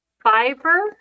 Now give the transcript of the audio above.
Fiber